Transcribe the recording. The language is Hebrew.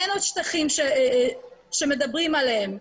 שאין עוד שטחים שמדברים עליהם?